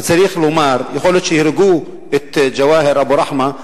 וצריך לומר: יכול להיות שהרגו את ג'והאר אבו רחמה,